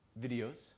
videos